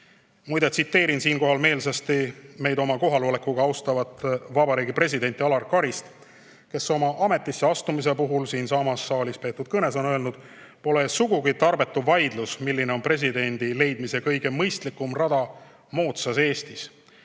Muide, tsiteerin siinkohal meelsasti meid oma kohalolekuga austavat vabariigi presidenti Alar Karist, kes oma ametisse astumise puhul siinsamas saalis peetud kõnes on öelnud: "Pole sugugi tarbetu vaidlus, milline on presidendi leidmise kõige mõistlikum rada moodsas Eestis.